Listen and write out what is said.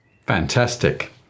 Fantastic